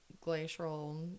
glacial